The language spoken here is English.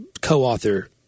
co-author